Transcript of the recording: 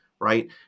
right